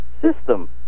system